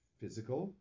physical